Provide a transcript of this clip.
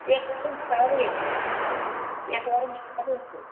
एकवारं श्रावयतु एकवारं श्रावयतु